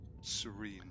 serene